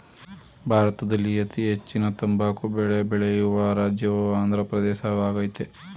ಭಾರತದಲ್ಲಿ ಅತೀ ಹೆಚ್ಚಿನ ತಂಬಾಕು ಬೆಳೆ ಬೆಳೆಯುವ ರಾಜ್ಯವು ಆಂದ್ರ ಪ್ರದೇಶವಾಗಯ್ತೆ